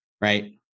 Right